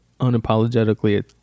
unapologetically